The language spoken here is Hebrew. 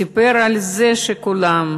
סיפר על זה שכולם,